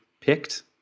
picked